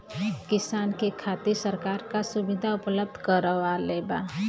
किसान के खातिर सरकार का सुविधा उपलब्ध करवले बा?